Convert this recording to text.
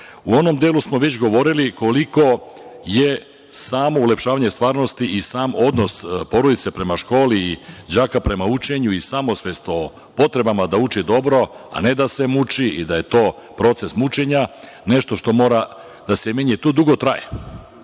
onom delu smo već govorili koliko je samo ulepšavanje stvarnosti i sam odnos porodice prema školi, i đaka prema učenju, i samosvest o potrebama da uče dobro, a ne da se muči i da je to proces mučenja, nešto što mora da se menja i to dugo traje.